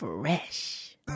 Fresh